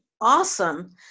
awesome